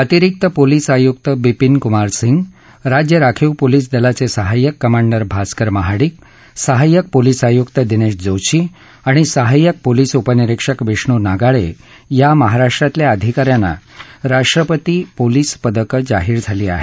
अतिरिक्त पोलिस आयुक्त बीपीन कुमार सिंग राज्य राखीव पोलिस दलाचे सहाय्यक कमांडर भास्कर महाडिक सहाय्यक पोलिस आयुक्त दिनेश जोशी आणि सहाय्यक पोलिस उपनिरिक्षक विष्णू नागाळे या महाराष्ट्रातल्या अधिका यांना राष्ट्रपती पोलिस पदकं जाहीर झाली आहेत